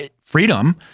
freedom